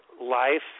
life